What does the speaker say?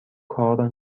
کار